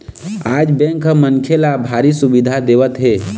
आज बेंक ह मनखे ल भारी सुबिधा देवत हे